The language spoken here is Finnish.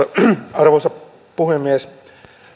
arvoisa puhemies